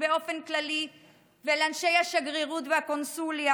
באופן כללי ולאנשי השגרירות והקונסוליה,